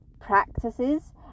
practices